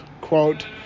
quote